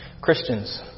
Christians